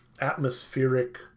atmospheric